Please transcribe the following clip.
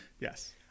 Yes